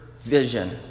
vision